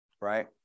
right